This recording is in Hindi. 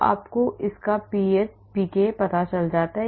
तो यह आपको इस का pka देता है